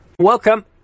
Welcome